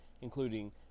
including